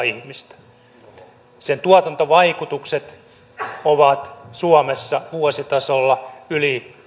ihmistä sen tuotantovaikutukset ovat suomessa vuositasolla yli